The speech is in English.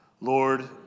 Lord